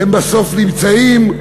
הם בסוף נמצאים,